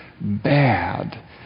bad